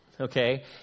Okay